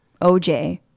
OJ